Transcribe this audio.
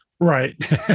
right